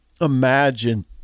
Imagine